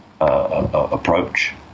approach